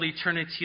eternity